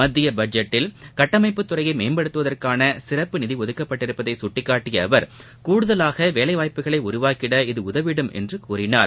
மத்திய பட்ஜெட்டில் கட்டமைப்பு துறையை மேம்படுத்துவதற்காக சிறப்பு நிதி ஒதுக்கப்பட்டிருப்பதை சுட்டிக்காட்டிய அவர் கூடுதவாக வேலை வாய்ப்புக்களை உருவாக்கிட இது உதவிடும் என்றும் கூறினார்